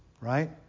Right